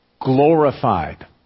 glorified